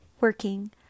Working